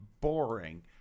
boring